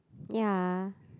ya